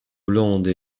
hollande